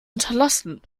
hinterlassen